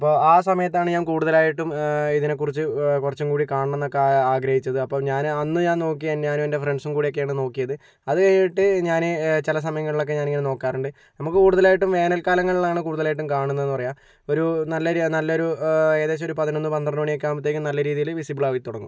അപ്പോൾ ആ സമയത്താണ് ഞാൻ കൂടുതലായിട്ടും ഇതിനെക്കുറിച്ച് കുറച്ചും കൂടി കാണണമെന്നൊക്കെ ആഗ്രഹിച്ചത് അപ്പോൾ ഞാൻ അന്ന് ഞാൻ നോക്കിയത് ഞാനും എൻ്റെ ഫ്രണ്ട്സും കൂടിയൊക്കെയാണ് നോക്കിയത് അത് കഴിഞ്ഞിട്ട് ഞാൻ ചില സമയങ്ങളിലൊക്കെ ഞാനിങ്ങനെ നോക്കാറുണ്ട് നമുക്ക് കൂടുതലായിട്ടും വേനൽക്കാലങ്ങളിലാണ് കൂടുതലായിട്ടും കാണുന്നതെന്ന് പറയാം ഒരു നല്ല ഒരു നല്ലൊരു ഏകദേശം ഒരു പതിനൊന്ന് പന്ത്രണ്ട് മണിയൊക്കെ ആകുമ്പോഴേക്കും നല്ല രീതിയിൽ വിസിബിൾ ആയി തുടങ്ങും